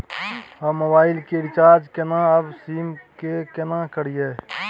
हम मोबाइल के रिचार्ज कोनो भी सीम के केना करिए?